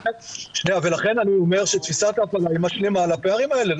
לכן אני אומר שתפיסת ההפעלה היא משלימה לפערים האלה.